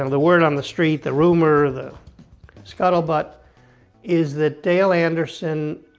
um the word on the street, the rumor, the scuttlebutt is that dale anderson